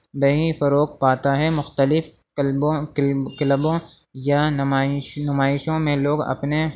بھی فروغ پاتا ہے مختلف کلبوں کلبوں یا نمائش نمائشوں میں لوگ اپنے